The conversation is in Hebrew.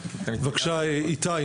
בבקשה, איתי.